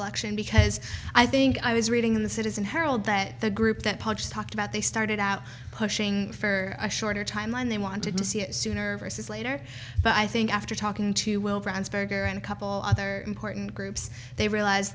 election because i think i was reading in the citizen herald that the group that paunch talked about they started out pushing for a shorter timeline they wanted to see it sooner or later but i think after talking to will france burger and a couple other important groups they reali